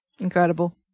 Incredible